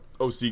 OC